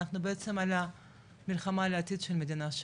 אנחנו בעצם על מלחמה על העתיד של המדינה שלנו.